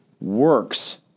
works